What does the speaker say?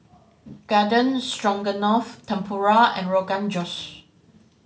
Garden Stroganoff Tempura and Rogan Josh